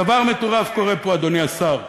דבר מטורף קורה פה, אדוני השר.